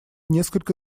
несколько